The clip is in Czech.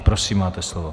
Prosím, máte slovo.